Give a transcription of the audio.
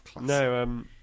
No